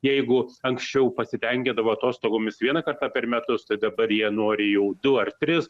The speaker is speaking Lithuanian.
jeigu anksčiau pasitenkindavo atostogomis vieną kartą per metus tai dabar jie nori jau du ar tris